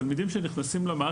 תלמידים שנכנסים למערכת,